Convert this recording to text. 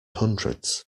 hundreds